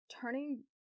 turning